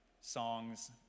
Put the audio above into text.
songs